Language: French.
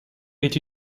est